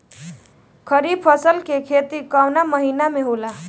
खरीफ फसल के खेती कवना महीना में होला?